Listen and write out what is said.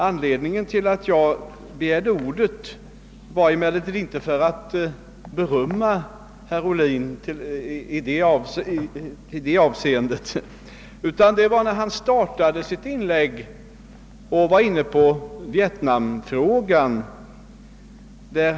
Anledningen till att jag begärde ordet var emellertid inte att jag ville berömma herr Ohlin i det avseendet, utan att han i början av sitt inlägg var inne på vietnamfrågan.